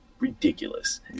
Ridiculous